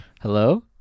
Hello